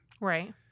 Right